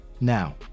now